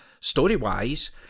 story-wise